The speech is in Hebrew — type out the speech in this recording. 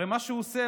הרי מה שהוא עושה,